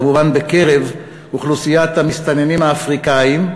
כמובן, בקרב אוכלוסיית המסתננים האפריקנים,